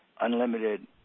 unlimited